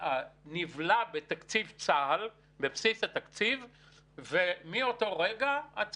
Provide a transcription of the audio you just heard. אלה שמשרתי מילואים בפועל הם כאחוז אחד מאוכלוסיית